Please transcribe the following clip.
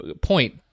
point